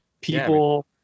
People